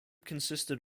consisted